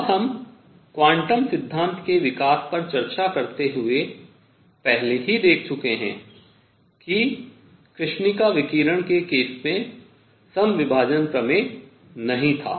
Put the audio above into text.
अब हम क्वांटम सिद्धांत के विकास पर चर्चा करते हुए पहले ही देख चुके हैं कि कृष्णिका विकिरण के केस में समविभाजन प्रमेय नहीं था